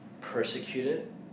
persecuted